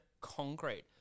concrete